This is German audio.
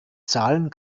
zahlen